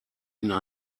ihnen